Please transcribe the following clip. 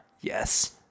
Yes